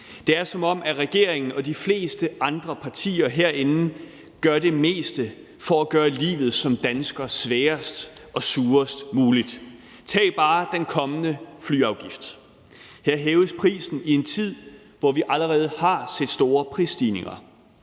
Det er, som om regeringen og de fleste andre partier herinde gør det meste for at gøre livet som dansker sværest og surest muligt. Tag bare den kommende flyafgift. Her hæves prisen i en tid, hvor vi allerede har set store prisstigninger.